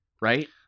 Right